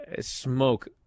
Smoke